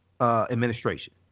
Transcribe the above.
administration